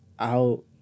out